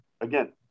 Again